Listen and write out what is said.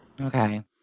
Okay